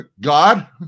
God